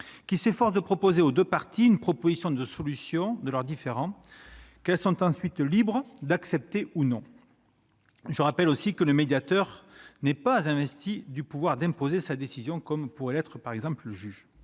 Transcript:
qui s'efforce de soumettre aux deux parties une proposition de solution de leur différend, qu'elles sont ensuite libres d'accepter, ou non. Le médiateur, je le rappelle, n'est pas investi du pouvoir d'imposer sa décision, comme l'est, par exemple, le juge.